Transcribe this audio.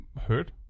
hurt